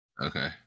Okay